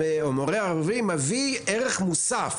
מורה ערבי מביא ערך מוסף,